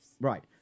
Right